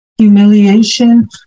humiliation